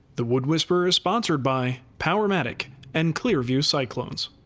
the wood whisperer is sponsored by powermatic and clear vue cyclones.